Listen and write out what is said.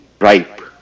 ripe